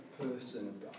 person